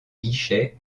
guichets